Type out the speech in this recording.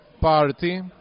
Party